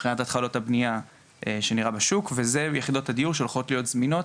מבחינת התחלות הבניה שנראה בשוק ואלו יחידות הדיור שהולכות להיות זמינות